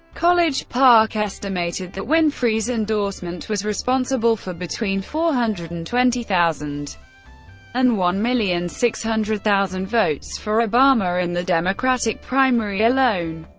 college park estimated that winfrey's endorsement was responsible for between four hundred and twenty thousand and one million six hundred thousand votes for obama in the democratic primary alone,